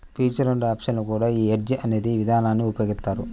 future and options లో కూడా యీ హెడ్జ్ అనే ఇదానాన్ని ఉపయోగిత్తారు